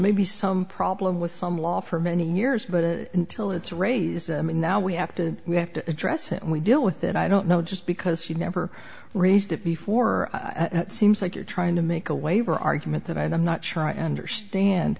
maybe some problem with some law for many years but it until it's raise and now we have to we have to address it and we deal with it i don't know just because you never raised it before at seems like you're trying to make a waiver argument that i'm not sure i understand